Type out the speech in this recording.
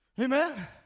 Amen